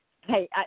hey